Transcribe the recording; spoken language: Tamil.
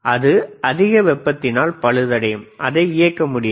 அது அதிக வெப்பத்தினால் பழுதடையும் அதை இயக்க முடியாது